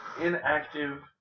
inactive